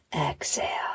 exhale